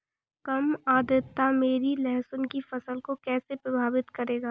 कम आर्द्रता मेरी लहसुन की फसल को कैसे प्रभावित करेगा?